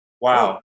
Wow